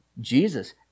Jesus